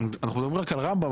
אנחנו מדברים רק על רמב"ם,